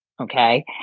Okay